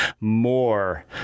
more